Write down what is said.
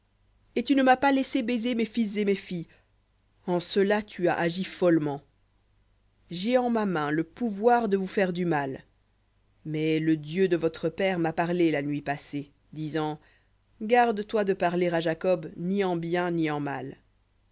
et tu ne m'as pas laissé baiser mes fils et mes filles en cela tu as agi follement jai en ma main le pouvoir de vous faire du mal mais le dieu de votre père m'a parlé la nuit passée disant garde-toi de parler à jacob ni en bien ni en mal